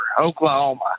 Oklahoma